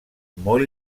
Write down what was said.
molt